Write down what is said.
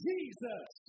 Jesus